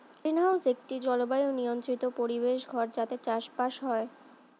greenhouse একটি জলবায়ু নিয়ন্ত্রিত পরিবেশ ঘর যাতে চাষবাস হয়